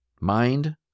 Mind